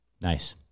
Nice